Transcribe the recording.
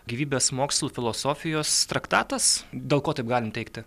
gyvybės mokslų filosofijos traktatas dėl ko taip galim teigti